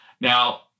Now